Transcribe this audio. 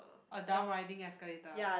a down riding escalator